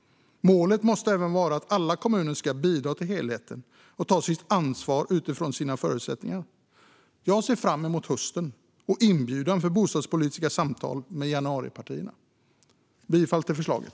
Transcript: Målet måste även vara att alla kommuner ska bidra till helheten och ta sitt ansvar utifrån sina förutsättningar. Jag ser fram emot hösten och inbjudan till bostadspolitiska samtal med januaripartierna. Jag yrkar bifall till förslaget.